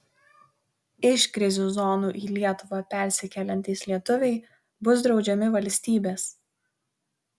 iš krizių zonų į lietuvą persikeliantys lietuviai bus draudžiami valstybės